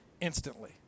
instantly